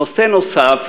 נושא נוסף